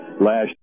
last